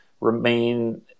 remain